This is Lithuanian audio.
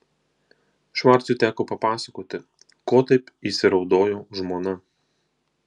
švarcui teko papasakoti ko taip įsiraudojo žmona